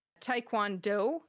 Taekwondo